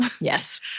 Yes